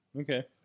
Okay